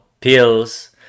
pills